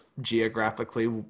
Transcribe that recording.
geographically